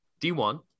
D1